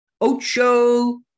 ocho